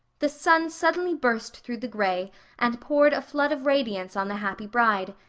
the sun suddenly burst through the gray and poured a flood of radiance on the happy bride.